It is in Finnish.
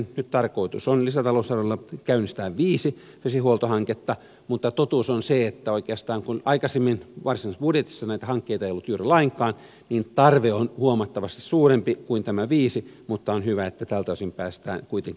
nyt tarkoitus on lisätalousarviolla käynnistää viisi vesihuoltohanketta mutta totuus on se että oikeastaan kun aikaisemmin varsinaisessa budjetissa näitä hankkeita ei ollut juuri lainkaan tarve on huomattavasti suurempi kuin tämä viisi mutta on hyvä että tältä osin päästään kuitenkin liikkeelle